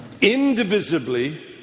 indivisibly